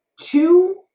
two